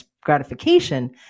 gratification